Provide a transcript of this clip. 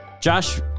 Josh